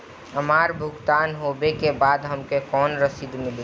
हमार भुगतान होबे के बाद हमके कौनो रसीद मिली?